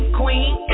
queen